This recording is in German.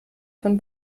von